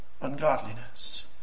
ungodliness